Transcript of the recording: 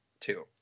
two